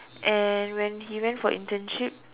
and when he went for internship